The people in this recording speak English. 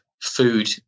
food